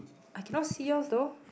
I cannot see yours though